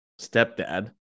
stepdad